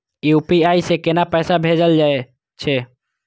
UPI से केना पैसा भेजल जा छे?